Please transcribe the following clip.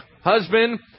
husband